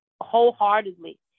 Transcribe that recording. wholeheartedly